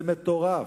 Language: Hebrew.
זה מטורף.